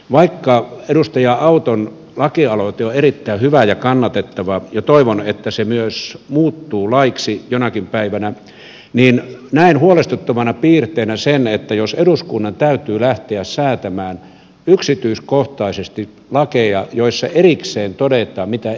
vaikka edustaja auton lakialoite on erittäin hyvä ja kannatettava ja toivon että se myös muuttuu laiksi jonakin päivänä niin näen huolestuttavana piirteenä sen jos eduskunnan täytyy lähteä säätämään yksityiskohtaisesti lakeja joissa erikseen todetaan mitä ei saa tehdä